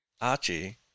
Archie